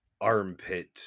armpit